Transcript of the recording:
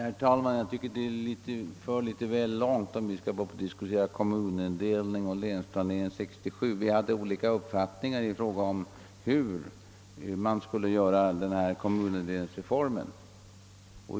Herr talman! Jag tycker det för litet väl långt om vi skall diskutera kommunindelning och Länsplanering 067. Vi hade olika uppfattningar i fråga om hur man skulle göra kommunindelningsreformen.